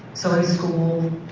so in school,